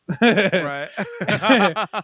Right